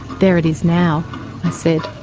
there it is now i said.